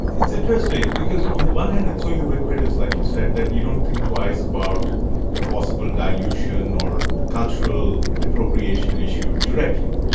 it's interesting. because on the one hand it's so ubiquitous, like you said, that you don't think twice about the possible dilution or the cultural cultural appropriation issue directly.